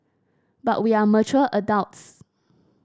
but we are mature adults